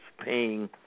paying